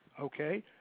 Okay